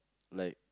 like